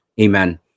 Amen